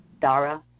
DARA